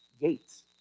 gates